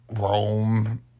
Rome